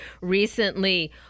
recently